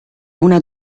una